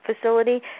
facility